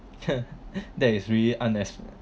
that is really unnecessary